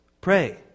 Pray